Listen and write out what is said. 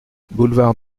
boulevard